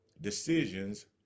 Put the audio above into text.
decisions